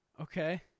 Okay